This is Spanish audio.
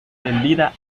tendida